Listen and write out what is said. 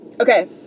Okay